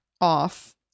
off